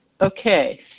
okay